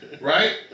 right